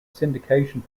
syndication